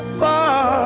far